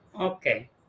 Okay